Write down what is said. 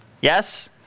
Yes